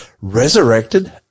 resurrected